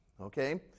okay